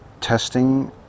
testing